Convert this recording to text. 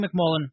McMullen